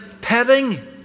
petting